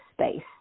space